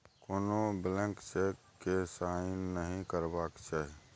कोनो blank cheque केँ sign नहि करबाक चाही